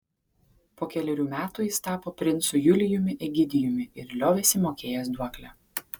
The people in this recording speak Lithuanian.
po kelerių metų jis tapo princu julijumi egidijumi ir liovėsi mokėjęs duoklę